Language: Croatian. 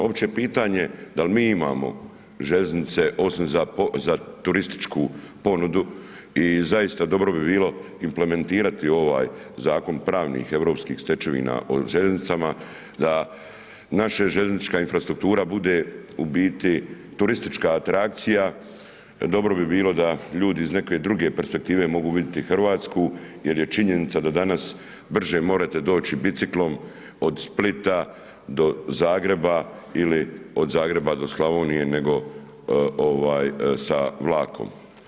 Uopće pitanje, dal mi imamo željeznice osim za turističku ponudu i zaista dobro bi bilo implementirati ovaj zakon, pravnih europskih stečevina o željeznicama, da naša željeznička infrastruktura, bude u biti turistička atrakcija, dobro bi bilo da ljudi iz neke druge perspektive mogu vidjeti Hrvatsku, jer je činjenica da danas brže morate doći biciklom, od Splita, do Zagreba ili od Zagreba do Slavonije, nego sa vlakom.